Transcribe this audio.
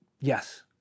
Yes